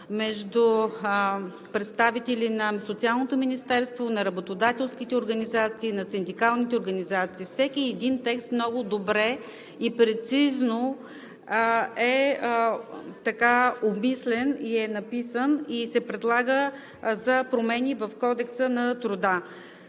между представители на Социалното министерство, на работодателските организации и на синдикалните организации. Всеки един текст много добре е обмислен, прецизно е написан и се предлага за промени в Кодекса на труда.